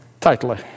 tightly